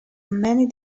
many